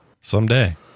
Someday